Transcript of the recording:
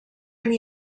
mynd